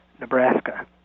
Nebraska